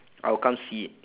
I'll come see it